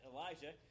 Elijah